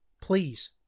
Please